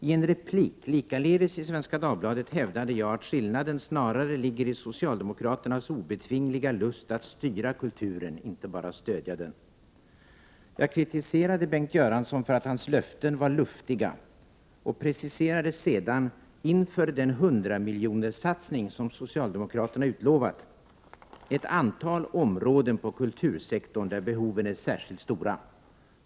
I en replik, likaledes i Svenska Dagbladet, hävdade jag att skillnaden snarare ligger i socialdemokraternas obetvingliga lust att styra kulturen, inte bara stödja den. Jag kritiserade Bengt Göransson för att hans löften var luftiga och preciserade sedan — inför den hundramiljonerssatsning som socialdemokraterna utlovat — ett antal områden på kultursektorn där behoven är särskilt stora.